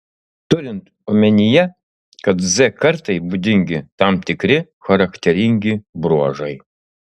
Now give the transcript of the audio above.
turint omenyje kad z kartai būdingi tam tikri charakteringi bruožai